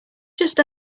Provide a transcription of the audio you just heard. just